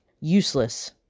useless